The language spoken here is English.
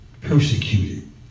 persecuted